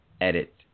edit